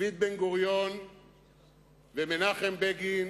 דוד בן-גוריון ומנחם בגין